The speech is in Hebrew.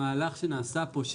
המהלך שנעשה פה,